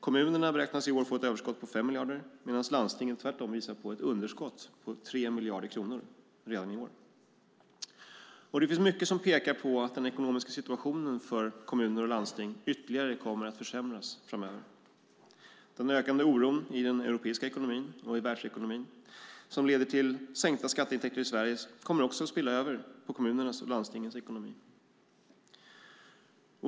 Kommunerna beräknas i år få ett överskott på 5 miljarder, medan landstingen tvärtom visar på ett underskott på 3 miljarder kronor redan i år. Det finns mycket som pekar på att den ekonomiska situationen för kommuner och landsting kommer att försämras ytterligare framöver. Den ökande oron i den europeiska ekonomin och världsekonomin, som leder till sänkta skatteintäkter i Sverige, kommer också att spilla över på kommunernas och landstingens ekonomi.